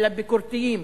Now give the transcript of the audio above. אלא ביקורתיים,